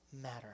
matter